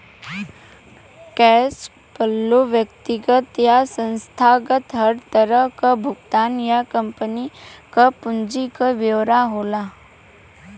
cash flow व्यक्तिगत या संस्थागत हर तरह क भुगतान या कम्पनी क पूंजी क ब्यौरा होला